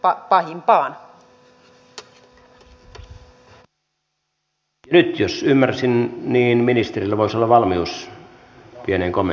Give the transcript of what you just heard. nyt jos ymmärsin niin ministerillä voisi olla valmius pieneen kommentointiin